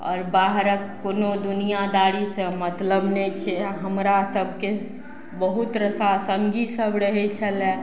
आओर बाहरक कोनो दुनियादारीसँ मतलब नहि छै हमरा सबके बहुत रास सङ्गी सभ रहय छलै